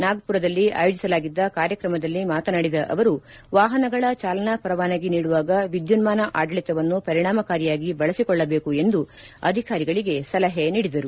ನಾಗುರದಲ್ಲಿ ಆಯೋಜಿಸಲಾಗಿದ್ದ ಕಾರ್ಯಕ್ರಮದಲ್ಲಿ ಮಾತನಾಡಿದ ಅವರು ವಾಪನಗಳ ಚಾಲನಾ ಪರವಾನಗಿ ನೀಡುವಾಗ ವಿದ್ಯುನ್ನಾನ ಆಡಳಿತವನ್ನು ಪರಿಣಾಮಕಾರಿಯಾಗಿ ಬಳಸಿಕೊಳ್ಳಬೇಕು ಎಂದು ಅವರು ಅಧಿಕಾರಿಗಳಿಗೆ ಸಲಹೆ ನೀಡಿದರು